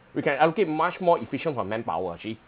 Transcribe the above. we can allocate much more efficient for manpower actually